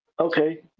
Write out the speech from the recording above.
okay